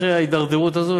אחרי ההידרדרות הזאת,